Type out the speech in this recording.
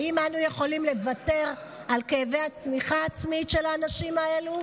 האם אנחנו יכולים לוותר על כאבי הצמיחה העצמית של האנשים האלו?